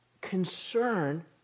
Concern